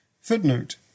Footnote